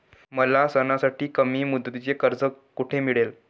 मला सणासाठी कमी मुदतीचे कर्ज कोठे मिळेल?